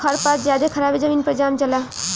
खर पात ज्यादे खराबे जमीन पर जाम जला